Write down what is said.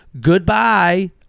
goodbye